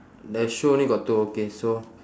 the shoe only got two okay so